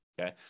okay